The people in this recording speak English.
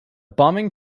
bombing